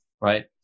right